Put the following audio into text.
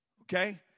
Okay